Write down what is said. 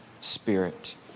spirit